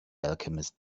alchemist